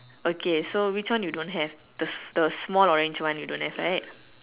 okay so which one you don't have the the small orange one you don't have right